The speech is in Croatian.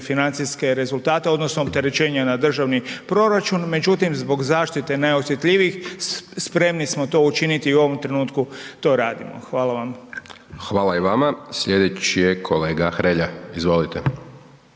financijske rezultate odnosno opterećenje na državni proračun, međutim, zbog zaštite najosjetljivijih spremni smo to učiniti i u ovom trenutku to radimo. Hvala vam. **Hajdaš Dončić, Siniša (SDP)** Hvala i vama. Sljedeći je kolega Hrelja. Izvolite.